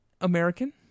American